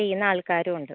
ചെയ്യുന്ന ആൾക്കാരും ഉണ്ട്